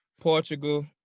Portugal